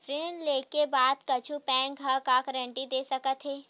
ऋण लेके बाद कुछु बैंक ह का गारेंटी दे सकत हे?